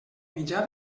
mitjà